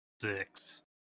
six